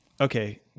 okay